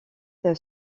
huit